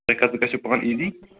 تُہۍ کَتیٚن گٔژھِو پانہٕ اِیٖزِی